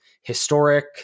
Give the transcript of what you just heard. historic